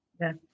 Yes